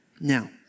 Now